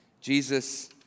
Jesus